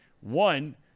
One